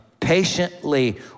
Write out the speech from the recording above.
patiently